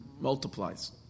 multiplies